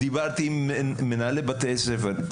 דיברתי עם מנהלי בתי ספר,